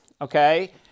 okay